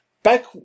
Back